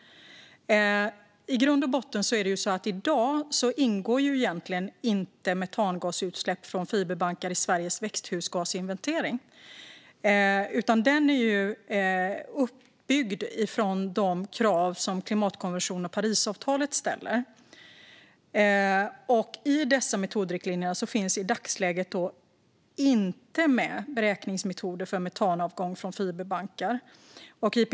I grund och botten ingår metangasutsläpp från fiberbankar i dag egentligen inte i Sveriges växthusgasinventering. Den är uppbyggd utifrån de krav som klimatkonventionen och Parisavtalet ställer. I dessa metodriktlinjer finns i dagsläget beräkningsmetoder för metanavgång från fiberbankar inte med.